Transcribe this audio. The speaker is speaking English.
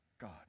God